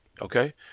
Okay